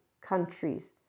countries